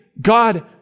God